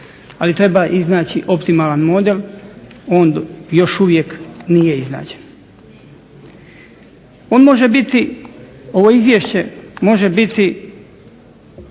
ali treba iznaći optimalan model. On još uvijek nije iznađen. On može biti ovo izvješće može biti